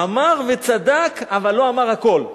אמר וצדק, אבל לא אמר הכול.